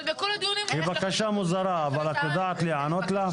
אבל בכל הדיונים --- זאת בקשה מוזרה אבל את יודעת להיענות לה?